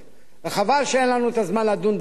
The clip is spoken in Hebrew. וחבל שאין לנו הזמן לדון בזה היום.